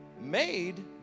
made